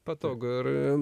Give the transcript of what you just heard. patogu ir